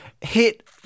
hit